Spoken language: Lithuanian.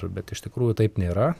bet iš tikrųjų taip nėra